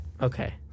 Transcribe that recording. Okay